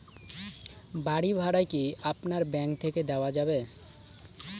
বাড়ী ভাড়া কি আপনার ব্যাঙ্ক থেকে দেওয়া যাবে?